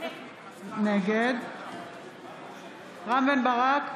נגד רם בן ברק,